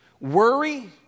Worry